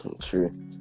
True